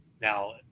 now